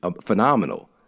phenomenal